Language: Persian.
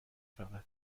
فقط